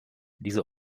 diese